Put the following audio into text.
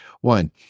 One